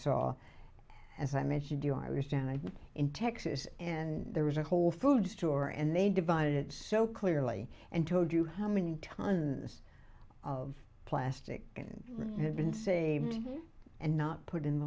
saw as i met you do i was down in texas and there was a whole foods store and they divided so clearly and told you how many tons of plastic and had been saved and not put in